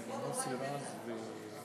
הפלסטינים,